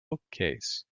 bookcase